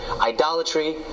idolatry